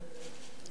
כל יום,